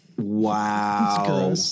Wow